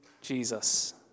Jesus